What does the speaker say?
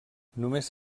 només